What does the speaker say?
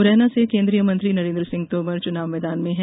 मुरैना से केन्द्रीय मंत्री नरेन्द्र सिंह तोमर चुनावी मैदान में हैं